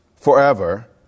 forever